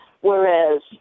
whereas